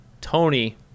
Tony